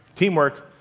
teamwork,